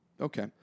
Okay